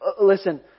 Listen